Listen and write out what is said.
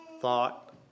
thought